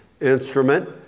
instrument